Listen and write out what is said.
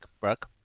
brooke